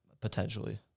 potentially